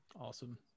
Awesome